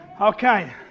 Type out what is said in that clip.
Okay